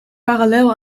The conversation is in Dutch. parallel